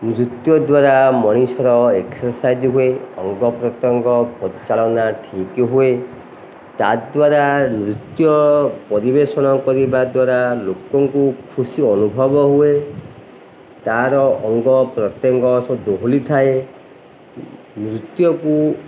ନୃତ୍ୟ ଦ୍ୱାରା ମଣିଷର ଏକ୍ସର୍ସାଇଜ୍ ହୁଏ ଅଙ୍ଗ ପ୍ରତ୍ୟଙ୍ଗ ପରିଚାଳନା ଠିକ୍ ହୁଏ ତାଦ୍ୱାରା ନୃତ୍ୟ ପରିବେଷଣ କରିବା ଦ୍ୱାରା ଲୋକଙ୍କୁ ଖୁସି ଅନୁଭବ ହୁଏ ତାର ଅଙ୍ଗ ପ୍ରତ୍ୟଙ୍ଗ ସବୁ ଦୋହଲିଥାଏ ନୃତ୍ୟକୁ